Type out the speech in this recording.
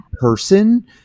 person